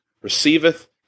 receiveth